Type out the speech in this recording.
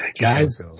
Guys